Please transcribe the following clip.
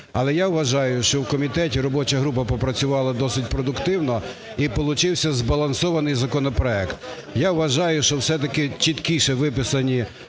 але я вважаю, що в комітеті робоча група попрацювала досить продуктивно і получився збалансований законопроект. Я вважаю, що все-таки чіткіше виписані